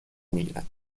میگیرد